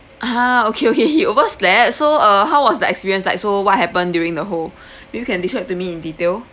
!huh! okay okay he overslept so uh how was the experience like so what happened during the whole you can describe to me in detail